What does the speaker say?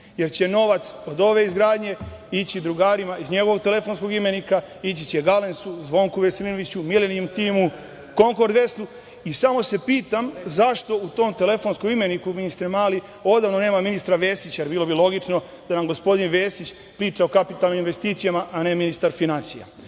jer će novac od ove izgradnje ići drugarima iz njegovog telefonskog imenika, ići će „Galensu“, Zvonku Veselinoviću, „Milenijum timu“, „Konkord Vestu“ i samo se pitam zašto u tom telefonskom imeniku, ministre Mali, odavno nema ministra Vesića, jer bilo bi logično da nam gospodin Vesić priča o kapitalnim investicijama, a ne ministar finansija. Moram